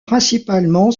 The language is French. principalement